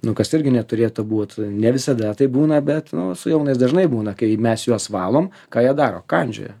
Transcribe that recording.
nu kas irgi neturėtų būt ne visada taip būna bet su jaunais dažnai būna kai mes juos valom ką jie daro kandžioja